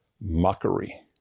mockery